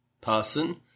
person